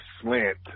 slant